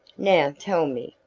now tell me,